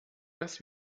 das